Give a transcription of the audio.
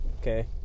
okay